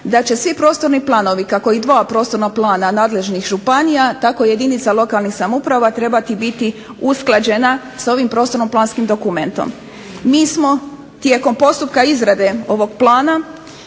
da će svi prostorni planovi, kako i dva prostorna plana nadležnih županija tako jedinica lokalnih samouprava trebati biti usklađena sa ovim prostorno-planskim dokumentom. Mi smo tijekom postupka izrade ovog plana